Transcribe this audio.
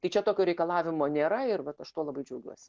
tai čia tokio reikalavimo nėra ir vat aš tuo labai džiaugiuosi